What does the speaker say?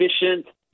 efficient